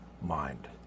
mind